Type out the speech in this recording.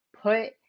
put